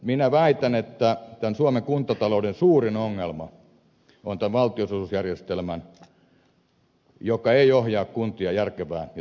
minä väitän että tämä suomen kuntatalouden suurin ongelma on valtionosuusjärjestelmä joka ei ohjaa kuntia järkevään ja taloudelliseen toimintaan